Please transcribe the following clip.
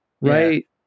Right